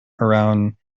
around